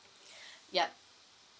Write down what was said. yup